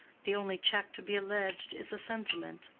the only check to be alleged is a sentiment,